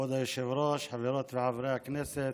כבוד היושב-ראש, חברות וחברי הכנסת,